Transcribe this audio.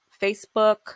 facebook